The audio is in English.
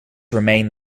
remain